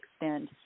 extend –